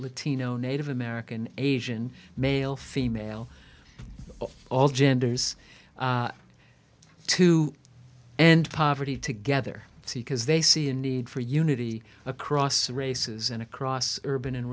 latino native american asian male female all genders too and poverty together see because they see a need for unity across races and across urban